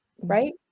right